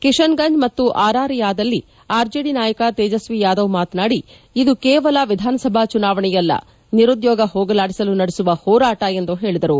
ಕಿಶನ್ ಗಂಜ್ ಮತ್ತು ಆರಾರಿಯಾಲ್ಲಿ ಆರ್ಜೆಡಿ ನಾಯಕ ತೇಜಸ್ವಿ ಯಾದವ್ ಮಾತನಾದಿ ಇದು ಕೇವಲ ವಿಧಾನಸಭಾ ಚುನಾವಣೆಯಲ್ಲ ನಿರುದ್ಯೋಗ ಹೋಗಲಾಡಿಸಲು ನಡೆಸುವ ಹೋರಾಟ ಎಂದು ಹೇಳಿದರು